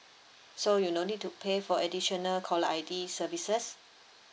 so you no need to pay for additional caller I_D services